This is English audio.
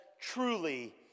truly